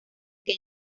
que